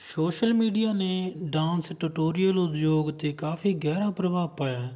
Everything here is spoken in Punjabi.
ਸੋਸ਼ਲ ਮੀਡੀਆ ਨੇ ਡਾਂਸ ਟਟੋਰੀਅਲ ਉਦਯੋਗ 'ਤੇ ਕਾਫ਼ੀ ਗਹਿਰਾ ਪ੍ਰਭਾਵ ਪਾਇਆ ਹੈ